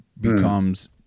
becomes